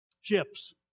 Ships